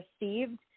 received